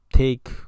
Take